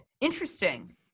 interesting